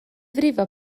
frifo